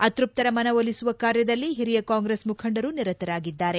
ಅತೃಪ್ತರ ಮನವೊಲಿಸುವ ಕಾರ್ಯದಲ್ಲಿ ಹಿರಿಯ ಕಾಂಗ್ರೆಸ್ ಮುಖಂಡರು ನಿರತರಾಗಿದ್ದಾರೆ